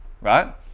right